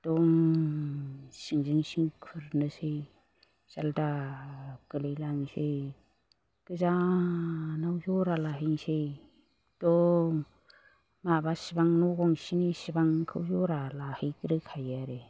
दम सिंजों सिं खुरनोसै जाल्दाब गोग्लैलांनोसै गोजानाव जरा लाहैनोसै दं माबासेबां न' गंसेनिसिबांखौ जरा लाहैग्रोखायो आरो